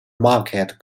marquette